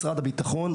משרד הביטחון,